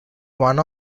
one